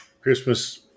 Christmas